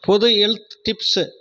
பொது health tips